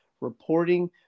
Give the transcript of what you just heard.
reporting